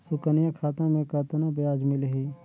सुकन्या खाता मे कतना ब्याज मिलही?